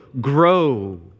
grow